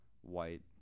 white